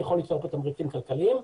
יכול ליצור תמריצים כלכליים.